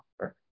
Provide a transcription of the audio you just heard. offer